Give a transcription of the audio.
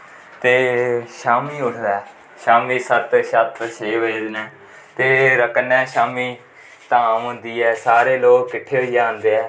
ते शामीं उठदा ऐ शामीं सत्त छै बजे कन्नै फिर कन्नै शामीं धाम होंदी ऐ सारे लोक किट्ठे होई आंदे ऐ